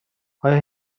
آیا